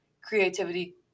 creativity